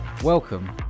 Welcome